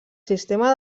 sistema